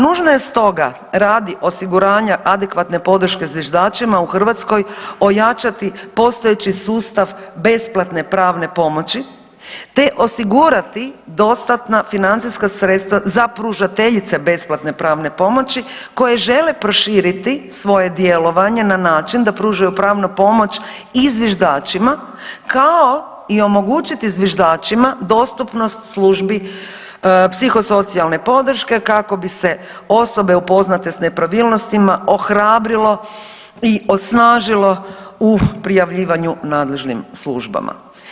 Nužno je stoga radi osiguranja adekvatne podrške zviždačima u Hrvatskoj ojačati postojeći sustav besplatne pravne pomoći te osigurati dostatna financijska sredstva za pružateljice besplatne pravne pomoći koje žele proširiti svoje djelovanje na način da pružaju pravnu pomoć i zviždačima kao i omogućiti zviždačima dostupnost službi psihosocijalne podrške kako bi se osobe upoznate s nepravilnostima ohrabrilo i osnažilo u prijavljivanju nadležnim službama.